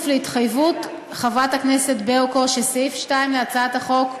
להתחייבות חברת הכנסת ברקו שסעיף 2 להצעת החוק,